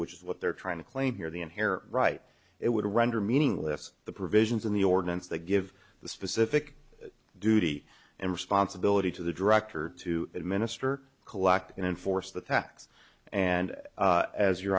which is what they're trying to claim here the in here right it would render meaningless the provisions in the ordinance that give the specific duty and responsibility to the director to administer collect and enforce the tax and as your